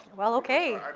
well, okay.